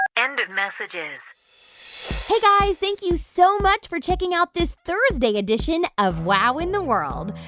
end of messages hey, guys, thank you so much for checking out this thursday edition of wow in the world.